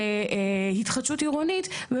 של התחדשות עירונית,